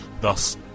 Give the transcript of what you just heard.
Thus